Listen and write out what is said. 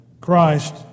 Christ